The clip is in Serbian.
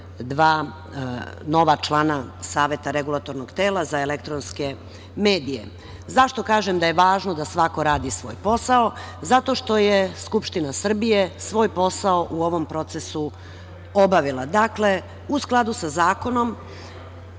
dva nova člana saveta REM-a. Zašto kažem da je važno da svako radi svoj posao? Zato što je Skupština Srbije svoj posao u ovom procesu obavila. Dakle, u skladu sa zakonom